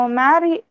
marry